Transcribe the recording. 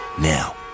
Now